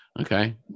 Okay